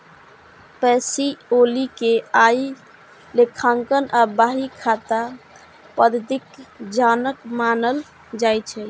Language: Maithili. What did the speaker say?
पैसिओली कें आइ लेखांकन आ बही खाता पद्धतिक जनक मानल जाइ छै